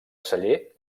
celler